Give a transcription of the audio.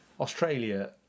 Australia